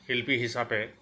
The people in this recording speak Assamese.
শিল্পী হিচাপে